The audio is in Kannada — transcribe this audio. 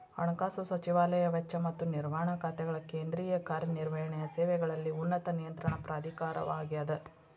ಹಣಕಾಸು ಸಚಿವಾಲಯ ವೆಚ್ಚ ಮತ್ತ ನಿರ್ವಹಣಾ ಖಾತೆಗಳ ಕೇಂದ್ರೇಯ ಕಾರ್ಯ ನಿರ್ವಹಣೆಯ ಸೇವೆಗಳಲ್ಲಿ ಉನ್ನತ ನಿಯಂತ್ರಣ ಪ್ರಾಧಿಕಾರವಾಗ್ಯದ